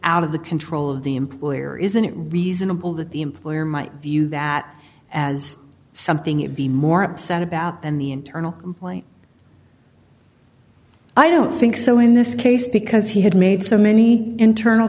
out of the control of the employer isn't it reasonable that the employer might view that as something you'd be more upset about than the internal i don't think so in this case because he had made so many internal